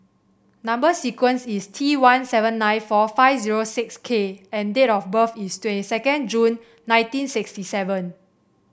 number sequence is T one seven nine four five zero six K and date of birth is twenty second June nineteen sixty seven